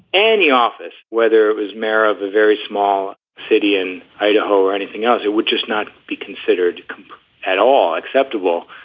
any office, whether it was mayor of a very small city in idaho or anything else, it would just not be considered at all acceptable.